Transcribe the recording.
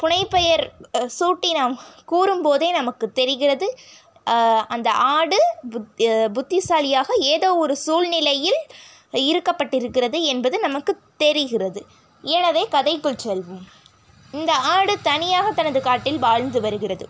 புனைப்பெயர் சூட்டி நாம் கூறும் போதே நமக்கு தெரிகிறது அந்த ஆடு புத்தி புத்திசாலியாக ஏதோ ஒரு சூழ்நிலையில் இருக்கப்பட்டு இருக்கிறது என்பது நமக்கு தெரிகிறது எனவே கதைக்குள் செல்வோம் இந்த ஆடு தனியாக தனது காட்டில் வாழ்ந்து வருகிறது